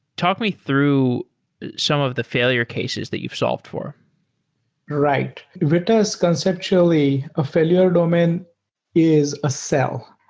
talk me through some of the failure cases that you've solved for right. vitess conceptually, a failure domain is a cell,